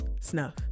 snuff